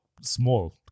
small